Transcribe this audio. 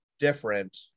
different